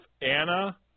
Anna